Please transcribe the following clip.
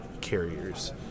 carriers